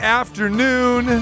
afternoon